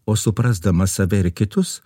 o suprasdamas save ir kitus